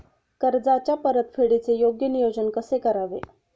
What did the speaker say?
कर्जाच्या परतफेडीचे योग्य नियोजन कसे करावे?